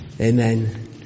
Amen